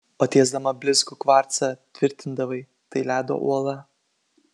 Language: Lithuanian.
o tiesdama blizgų kvarcą tvirtindavai tai ledo uola